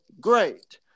great